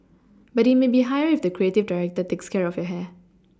but it may be higher if the creative director takes care of your hair